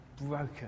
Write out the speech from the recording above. broken